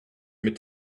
mit